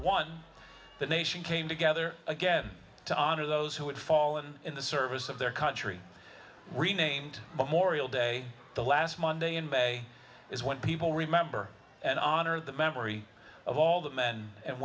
one the nation came together again to honor those who had fallen in the service of their country renamed memorial day the last monday in bay is when people remember and honor the memory of all the men and